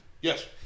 Yes